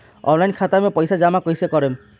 Online खाता मे पईसा जमा कइसे करेम?